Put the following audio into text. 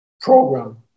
program